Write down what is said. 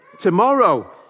tomorrow